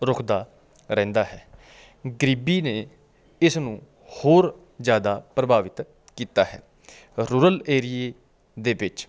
ਰੁਕਦਾ ਰਹਿੰਦਾ ਹੈ ਗਰੀਬੀ ਨੇ ਇਸ ਨੂੰ ਹੋਰ ਜ਼ਿਆਦਾ ਪ੍ਰਭਾਵਿਤ ਕੀਤਾ ਹੈ ਰੂਰਲ ਏਰੀਏ ਦੇ ਵਿੱਚ